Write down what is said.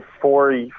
four